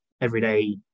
everyday